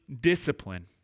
discipline